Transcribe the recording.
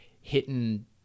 hitting